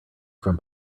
from